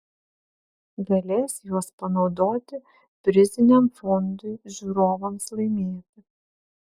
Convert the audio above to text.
galės juos panaudoti priziniam fondui žiūrovams laimėti